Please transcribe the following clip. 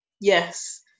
Yes